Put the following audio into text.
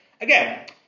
Again